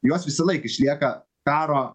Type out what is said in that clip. jos visąlaik išlieka karo